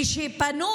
כשפנו